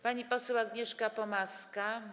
Pani poseł Agnieszka Pomaska.